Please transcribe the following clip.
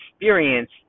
experience